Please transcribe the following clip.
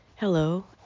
Hello